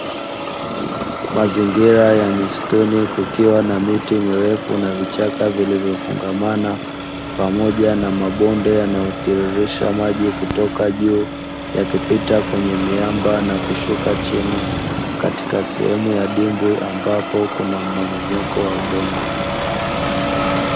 Mazingira ya misituni kukiwa na miti mirefu na vichaka vilivyofungamana pamoja na mabonde yanayotiririsha maji kutoka juu yakipita kwenye miamba na kushuka chini katika sehemu ya dimbwi, ambapo kuna mmomonyoko wa udongo.